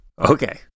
Okay